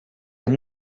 amb